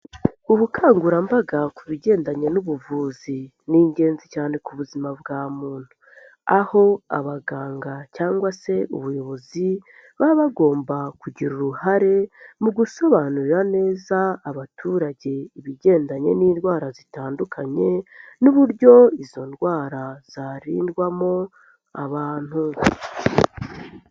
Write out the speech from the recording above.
Ubukangurambaga ku bigendanye n'ubuvuzi, ni ingenzi cyane ku buzima bwa muntu. Aho abaganga cyangwa se ubuyobozi baba bagomba kugira uruhare mu gusobanurira neza abaturage ibigendanye n'indwara zitandukanye n'uburyo izo ndwara zarindwamo abantu.